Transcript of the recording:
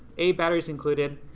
a, batteries included.